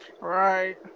Right